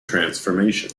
transformation